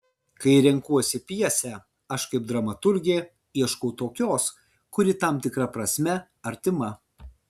kai renkuosi pjesę aš kaip dramaturgė ieškau tokios kuri tam tikra prasme artima